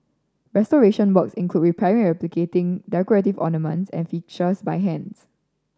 restoration works include repairing and replicating decorative ornaments and fixtures by hands